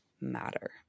matter